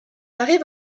arrive